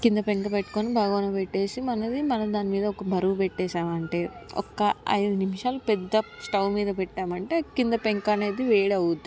కింద పెంక పెట్టుకొని బగవన్ పెట్టేసి మనవి మన దానిమీద ఒక బరువు పెట్టేసామంటే ఒక ఐదు నిమిషాలు పెద్ద స్టవ్ మీద పెట్టామంటే కింద పెంకనేది వేడవుతుంది